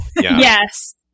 Yes